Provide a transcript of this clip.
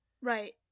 Right